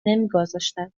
نمیگذاشتند